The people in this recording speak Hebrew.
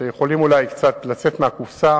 שיכולים אולי קצת לצאת מהקופסה